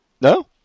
No